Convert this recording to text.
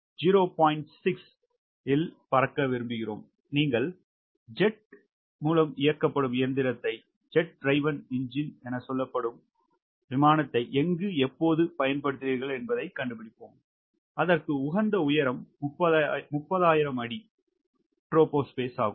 6 இல் பறக்க விரும்புகிறோம் நீங்கள் ஜெட் இயக்கப்படும் இயந்திரத்தை எங்கு எப்போது பயன்படுத்துகிறீர்கள் என்பதைக் கண்டுபிடிப்போம் உகந்த உயரம் 30000 அடி ட்ரோபோபாஸ் ஆகும்